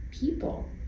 people